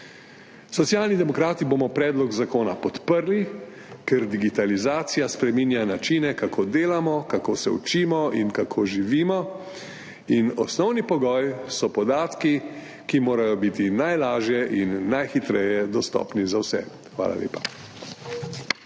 Socialni demokrati bomo predlog zakona podprli, ker digitalizacija spreminja načine, kako delamo, kako se učimo in kako živimo. Osnovni pogoj so podatki, ki morajo biti najlažje in najhitreje dostopni za vse. Hvala lepa.